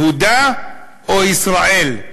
יהודה או ישראל?